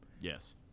Yes